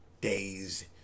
days